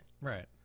Right